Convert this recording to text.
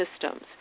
systems